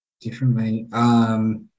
differently